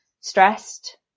stressed